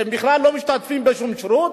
שהם בכלל לא משתתפים בשום שירות,